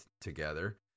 together